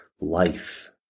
life